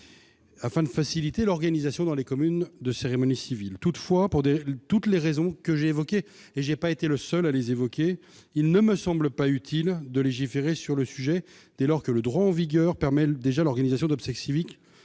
afin de faciliter l'organisation dans les communes de cérémonie civile toutefois pour dire toutes les raisons que j'évoquais et j'ai pas été le seul à les évoquer, il ne me semble pas utile de légiférer sur le sujet dès lors que le droit en vigueur permet-elle déjà l'organisation d'obsèques civique